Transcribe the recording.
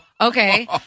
Okay